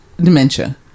dementia